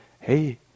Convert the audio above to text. hey